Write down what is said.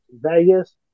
Vegas